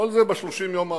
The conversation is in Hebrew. כל זה ב-30 יום האחרונים.